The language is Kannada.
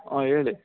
ಹಾಂ ಹೇಳಿ